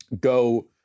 go